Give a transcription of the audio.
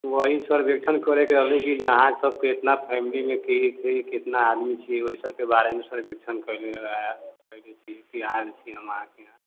वहि सर्वेक्षण करएके रहले कि जे अहाँसबके फैमिलीमे के कि कितना आदमी छै ओहिसबके बारेमे सर्वेक्षण करैले आयल छी हम अहाँके